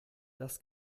das